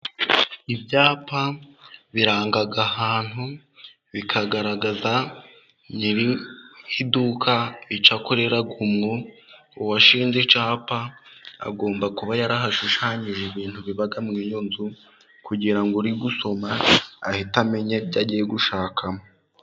Ibyapa biranga ahantu bikagaragaza nyiriduka icyo akoreraramo, uwashinze icyapa agomba kuba yarahashushanyije ibintu biba muri iyo nzu, kugira urigusoma ahite amenya ibyo agiye gushakamo.